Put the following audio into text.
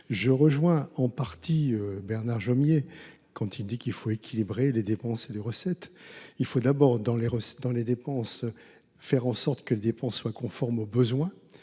Je rejoins en partie Bernard Jomier quand il dit qu’il faut équilibrer les dépenses et les recettes. Il faut commencer par faire en sorte que les dépenses soient conformes aux besoins,